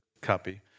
copy